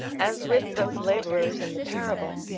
as with those labourers in the parable,